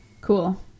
Cool